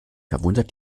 verwundert